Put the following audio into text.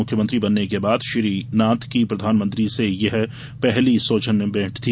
मुख्यमंत्री बनने के बाद श्री नाथ की प्रधानमंत्री से यह पहली सौजन्य भेंट है